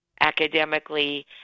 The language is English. academically